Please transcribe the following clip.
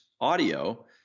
audio